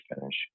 finish